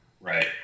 Right